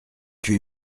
huit